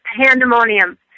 pandemonium